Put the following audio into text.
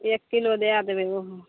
एक किलो दै देबै ओहो